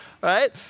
right